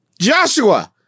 joshua